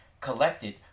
collected